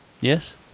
yes